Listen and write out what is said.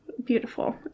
beautiful